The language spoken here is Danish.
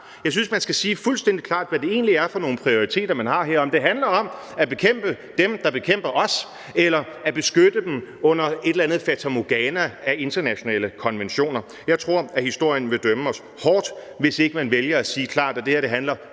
Jeg synes, man fuldstændig klart skal sige, hvad det egentlig er for nogle prioriteter, man har her, altså om det handler om at bekæmpe dem, der bekæmper os, eller om at beskytte dem under et eller andet fatamorgana af internationale konventioner. Jeg tror, historien vil dømme os hårdt, hvis ikke man vælger at sige klart, at det her først og